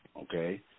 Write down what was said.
Okay